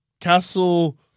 Castle